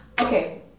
okay